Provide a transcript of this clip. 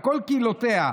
ובכל קהילותיה,